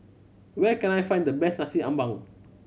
where can I find the best Nasi Ambeng